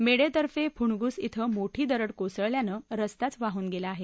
मेढेतर्फे फुणगुस िं मोठी दरड कोसळल्यानं रस्ताच वाहून गेला आहे